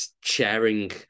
sharing